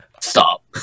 Stop